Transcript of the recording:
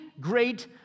great